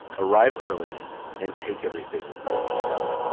arrive early and take everything really slow.